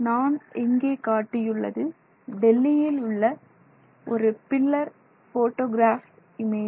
நான் இங்கே காட்டியுள்ளது டெல்லியில் உள்ள ஒரு பில்லர் போட்டோகிராஃப் இமேஜை